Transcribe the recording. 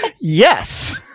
Yes